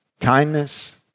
kindness